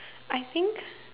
I think